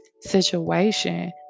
situation